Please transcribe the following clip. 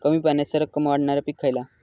कमी पाण्यात सरक्कन वाढणारा पीक खयला?